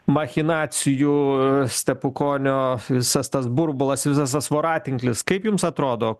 machinacijų stepukonio visas tas burbulas visas tas voratinklis kaip jums atrodo